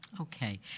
Okay